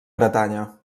bretanya